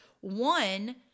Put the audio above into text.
one